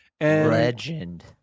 Legend